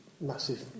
massive